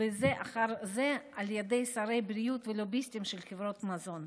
בזה אחר זה על ידי שרי בריאות ולוביסטים של חברות מזון.